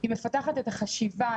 היא מפתחת את החשיבה,